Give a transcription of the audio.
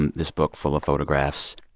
and this book full of photographs.